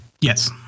yes